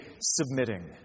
submitting